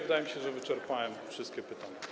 Wydaje mi się, że wyczerpałem wszystkie pytania.